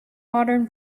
modern